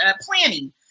planning